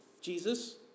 Jesus